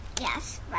Yes